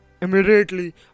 immediately